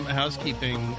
housekeeping